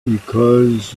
because